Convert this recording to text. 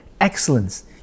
excellence